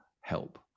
help